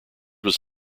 was